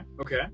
okay